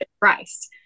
Christ